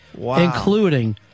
including